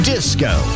Disco